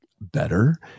better